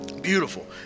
Beautiful